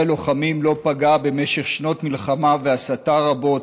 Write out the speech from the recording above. הלוחמים לא פגע במשך שנות מלחמה והסתה רבות